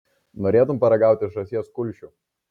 norėtum paragauti žąsies kulšių